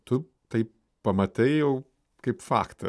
tu taip pamatai jau kaip faktą